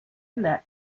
let